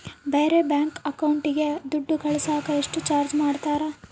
ಬೇರೆ ಬ್ಯಾಂಕ್ ಅಕೌಂಟಿಗೆ ದುಡ್ಡು ಕಳಸಾಕ ಎಷ್ಟು ಚಾರ್ಜ್ ಮಾಡತಾರ?